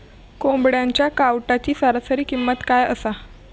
कोंबड्यांच्या कावटाची सरासरी किंमत काय असा?